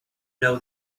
know